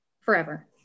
forever